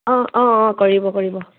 অঁ অঁ অঁ কৰিব কৰিব